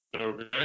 Okay